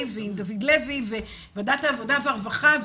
ועם דוד לוי בוועדת העבודה והרווחה,